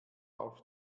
auf